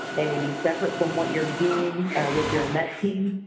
they may be separate from what you're doing with your met team.